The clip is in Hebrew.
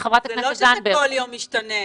זה לא שזה כל יום משתנה.